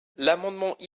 l’amendement